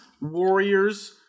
Warriors